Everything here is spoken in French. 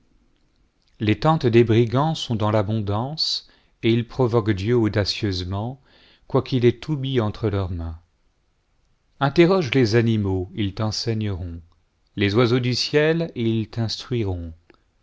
les tentes des brigands sont dans l'abondance et ils provoquent dieu audacieusement quoiqu'il ait tout mis entre leurs mains interroge les animaux et ils t'enbeigneront les oiseaux du ciel et ils t'instruiront